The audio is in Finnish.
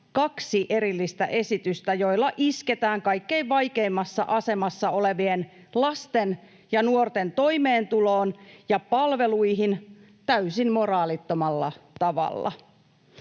kaksi erillistä esitystä, joilla isketään kaikkein vaikeimmassa asemassa olevien lasten ja nuorten toimeentuloon ja palveluihin täysin moraalittomalla tavalla.